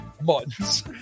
months